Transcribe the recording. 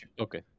Okay